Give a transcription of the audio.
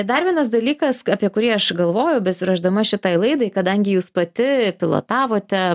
dar vienas dalykas apie kurį aš galvojau besiruošdama šitai laidai kadangi jūs pati pilotavote